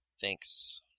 Thanks